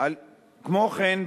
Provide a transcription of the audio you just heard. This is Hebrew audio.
כמו כן,